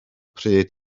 pryd